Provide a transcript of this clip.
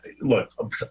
look